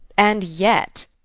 and yet,